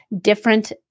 different